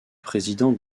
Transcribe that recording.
président